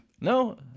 No